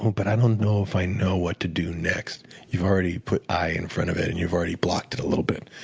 but i don't know if i know what to do next you've already put i in front of it and you've already blocked it a little bit.